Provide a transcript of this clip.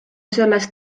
sellest